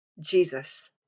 Jesus